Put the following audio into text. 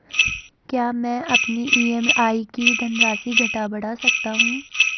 क्या मैं अपनी ई.एम.आई की धनराशि घटा बढ़ा सकता हूँ?